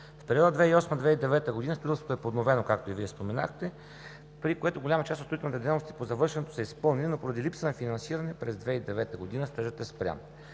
В периода 2008 – 2009 г. строителството е подновено, както и Вие споменахте, при което голяма част от строителните дейности по завършването са изпълнени, но поради липса на финансиране през 2009 г. строежът е спрян.